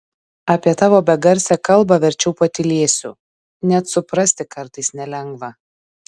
apie tavo begarsę kalbą verčiau patylėsiu net suprasti kartais nelengva